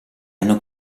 hanno